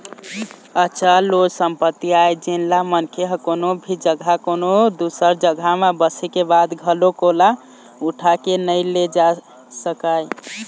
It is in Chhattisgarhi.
अचल ओ संपत्ति आय जेनला मनखे ह कोनो भी जघा कोनो दूसर जघा म बसे के बाद घलोक ओला उठा के नइ ले जा सकय